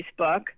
Facebook